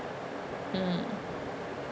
mm